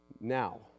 Now